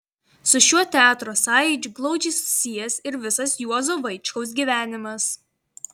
su šiuo teatro sąjūdžiu glaudžiai susijęs ir visas juozo vaičkaus gyvenimas